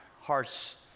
hearts